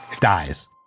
Dies